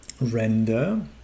Render